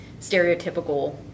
stereotypical